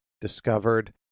discovered